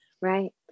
Right